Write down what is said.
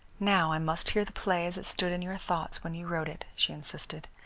now i must hear the play as it stood in your thoughts when you wrote it, she insisted.